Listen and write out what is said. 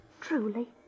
Truly